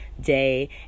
day